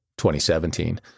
2017